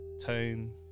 tone